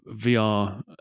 VR